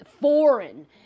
foreign